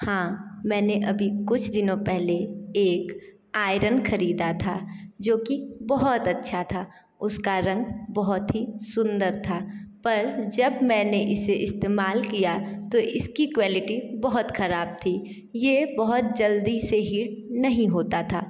हाँ मैंने अभी कुछ दिनों पहले एक आयरन खरीदा था जो कि बहुत अच्छा था उसका रंग बहुत ही सुंदर था पर जब मैंने इसे इस्तेमाल किया तो इसकी क्वालिटी बहुत खराब थी ये बहुत जल्दी से हीट नहीं होता था